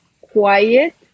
quiet